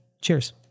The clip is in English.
Cheers